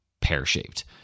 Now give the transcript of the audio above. pear-shaped